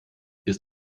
ist